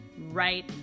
right